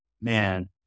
man